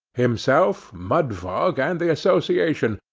himself, mudfog, and the association,